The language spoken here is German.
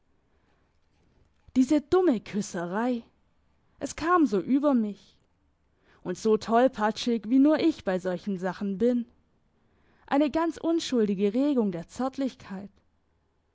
diese dumme küsserei es kam so über mich und so tolpatschig wie nur ich bei solchen sachen bin eine ganz unschuldige regung der zärtlichkeit